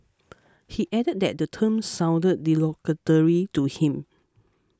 he added that the term sounded derogatory to him